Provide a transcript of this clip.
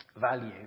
value